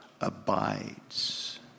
abides